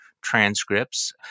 transcripts